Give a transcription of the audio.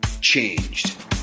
Changed